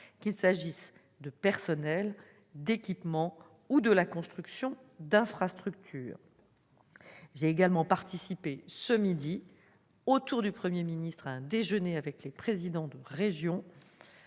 qu'il s'agisse de personnels, d'équipements ou de la construction d'infrastructures. J'ai ensuite pris part, aux côtés du Premier ministre, à un déjeuner avec les présidents de région